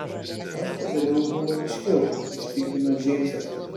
aš padariau humaniškiau užtikrino džeimsas